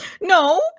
No